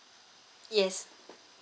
yes